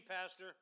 Pastor